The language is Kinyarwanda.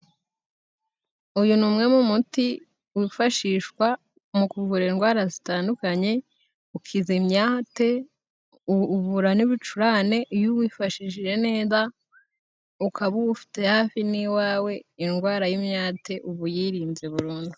Uyu ni umwe mu muti wifashishwa mu kuvura indwara zitandukanye ukiza imyate uvura n'ibicurane, iyo uwifashishije neza ukaba uwufite hafi n'iwawe indwara y'imyate uba uyirinze burundu.